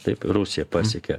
taip rusija pasiekia